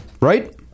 Right